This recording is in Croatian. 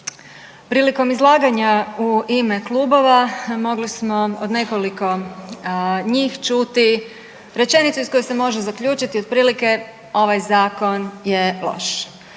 Prilikom izlaganja u ime klubova mogli smo od nekoliko njih čuti rečenicu iz koje se može zaključiti otprilike ovaj Zakon je loš,